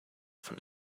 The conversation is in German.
von